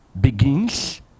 begins